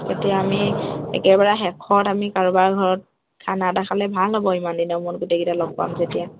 এতিয়া আমি একেবাৰে শেষত আমি কাৰোবাৰ ঘৰত খানা এটা খালে ভাল হ'ব ইমান দিনৰ মোৰ গোটেইকেইটা লগ পাম তেতিয়া